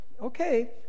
okay